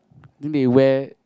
then they wear